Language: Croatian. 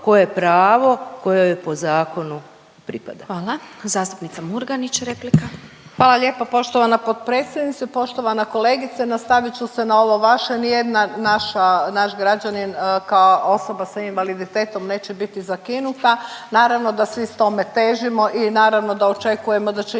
koje pravo kojoj po zakonu pripada. **Glasovac, Sabina (SDP)** Hvala. Zastupnica Murganić replika. **Murganić, Nada (HDZ)** Hvala lijepa. Poštovana potpredsjednice, poštovana kolegice. Nastavit ću se na ovo vaše nijedna naša naš građanin kao osoba s invaliditetom neće biti zakinuta, naravno da svi tome težimo i naravno da očekujemo da će